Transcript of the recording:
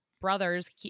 brother's